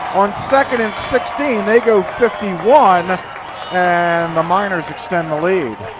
on second and sixteen they go fifty one and the miners extend the lead.